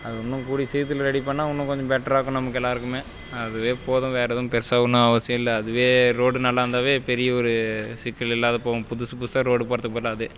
அது இன்னும் கூடிய சீக்கிரத்தில் ரெடி பண்ணால் இன்னும் கொஞ்சம் பெட்ராக இருக்கும் நமக்கு எல்லாருக்குமே அதுவே போதும் வேறு எதுவும் பெருசாக ஒன்றும் அவசியம் இல்லை அதுவே ரோடு நல்லாயிருந்தாவே பெரிய ஒரு சிக்கல் இல்லாத போகும் புதுசு புதுசாக ரோடு போடுகிறதுக்கு பதிலாக அதே